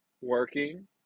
working